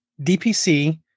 DPC